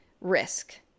risk